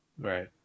Right